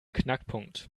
knackpunkt